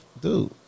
Dude